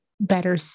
better